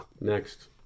Next